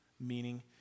meaning